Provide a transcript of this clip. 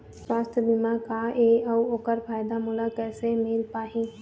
सुवास्थ बीमा का ए अउ ओकर फायदा मोला कैसे मिल पाही?